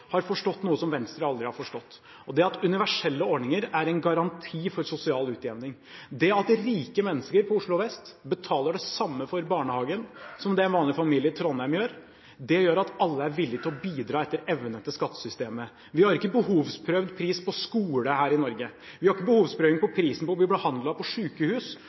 har forstått noe som Venstre aldri har forstått, og det er at universelle ordninger er en garanti for sosial utjevning. Det at rike mennesker på Oslo vest betaler det samme for barnehagen som det en vanlig familie i Trondheim gjør, gjør at alle er villige til å bidra etter evne til skattesystemet. Vi har ikke behovsprøvd pris på skole her i Norge. Vi har ikke behovsprøvd pris på å bli behandlet på sykehus, og på samme måte bør vi heller ikke ha det på